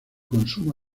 consumo